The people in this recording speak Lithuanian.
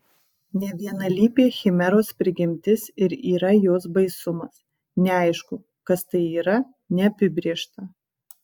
nevienalypė chimeros prigimtis ir yra jos baisumas neaišku kas tai yra neapibrėžta